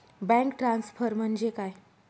Bank transfer म्हणजे काय?